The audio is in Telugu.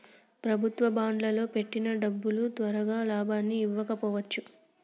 ప్రభుత్వ బాండ్లల్లో పెట్టిన డబ్బులు తొరగా లాభాలని ఇవ్వకపోవచ్చు